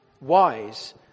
wise